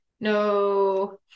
No